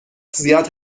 زیاد